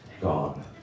gone